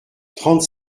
trente